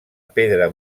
pedra